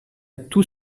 tous